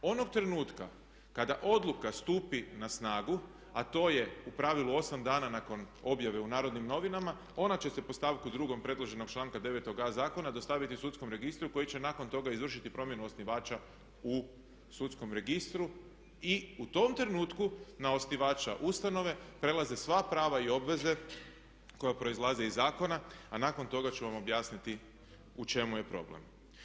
Onog trenutka kada odluka stupi na snagu a to je u pravilu 8 dana nakon objave u Narodnim novinama ona će se po stavku 2. predloženog članka 9.a zakona dostaviti sudskom registru koji će nakon toga izvršiti promjenu osnivača u sudskom registru i u tom trenutku na osnivača ustanove prelaze sva prava i obveze koje proizlaze iz zakona a nakon toga ću vam objasniti u čemu je problem.